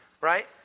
right